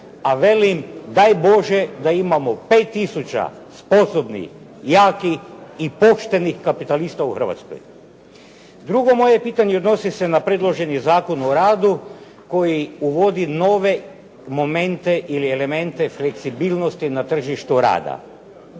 a velim daj Bože da imamo 5 tisuća sposobnih, jakih i poštenih kapitalista u Hrvatskoj. Drugo moje pitanje odnosi se na predloženi Zakon o radu koji uvodi nove momente ili elemente fleksibilnosti na tržištu rada.